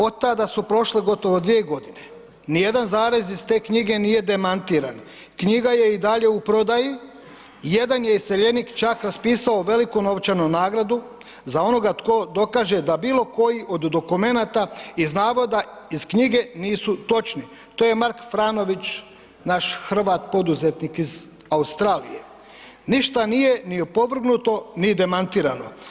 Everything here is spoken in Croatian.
Otada su prošle gotovo 2 godine, ni jedan zarez iz te knjige nije demantiran, knjiga je i dalje u prodaji, jedan je iseljenik čak raspisao veliku novčanu nagradu za onoga tko dokaže da bilo koji od dokumenata iz navoda iz knjige nisu točni, to je Mark Franović, naš Hrvat poduzetnik iz Australije, ništa nije ni opovrgnuto, ni demantirano.